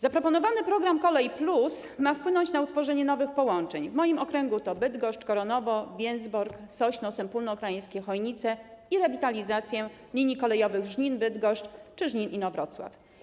Zaproponowany program kolej+ ma wpłynąć na utworzenie nowych połączeń, w moim okręgu to Bydgoszcz - Koronowo - Więcbork - Sośno - Sępólno Krajeńskie - Chojnice, i rewitalizację linii kolejowych, Żnin - Bydgoszcz czy Żnin - Inowrocław.